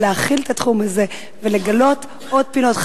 להכיל את התחום הזה ולגלות עוד פינות,